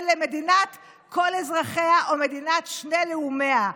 למדינת כל אזרחיה או מדינת שני לאומיה.